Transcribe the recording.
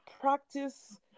practice